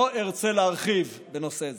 לא ארצה להרחיב בנושא זה.